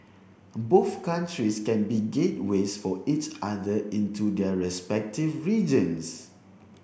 both countries can be gateways for each other into their respective regions